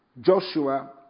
Joshua